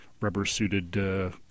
rubber-suited